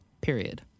period